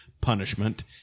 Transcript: punishment